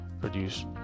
produce